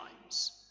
times